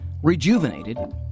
Rejuvenated